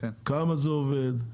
כמה זה עובד,